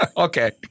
Okay